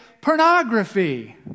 Pornography